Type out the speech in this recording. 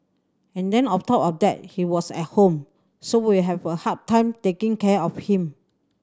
and then of top of that he was at home so we have a hard time taking care of him